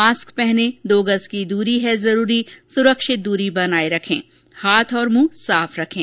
mask पहनें दो गज़ की दूरी है जरूरी सुरक्षित दूरी बनाए रखें हाथ और मुंह साफ रखें